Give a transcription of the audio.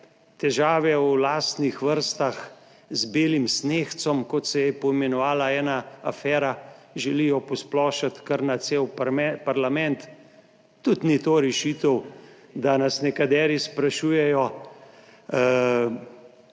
težave v lastnih vrstah z belim snegcem, kot se je poimenovala ena afera, želijo posplošiti kar na cel parlament. Tudi ni to rešitev, da nas nekateri sprašujejo,